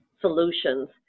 solutions